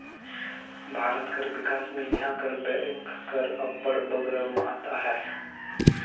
भारत कर बिकास में इहां कर बेंक कर अब्बड़ बगरा महत अहे